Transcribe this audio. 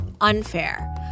Unfair